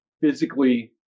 physically